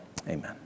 Amen